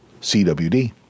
CWD